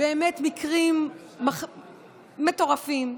מקרים מטורפים.